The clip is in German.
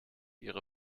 ihre